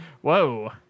whoa